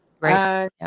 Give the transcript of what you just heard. Right